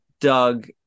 doug